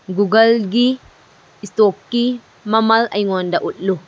ꯒꯨꯒꯜꯒꯤ ꯏꯁꯇꯣꯛꯀꯤ ꯃꯃꯜ ꯑꯩꯉꯣꯟꯗ ꯎꯠꯂꯨ